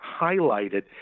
highlighted